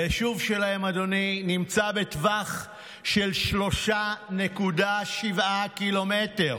היישוב שלהם, אדוני, נמצא בטווח של 3.7 קילומטר.